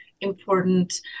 important